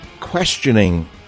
questioning